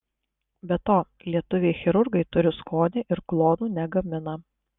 be to lietuviai chirurgai turi skonį ir klonų negamina